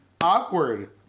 awkward